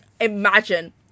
imagine